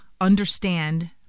understand